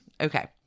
Okay